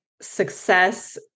success